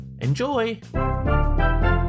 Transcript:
Enjoy